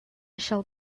shall